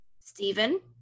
Stephen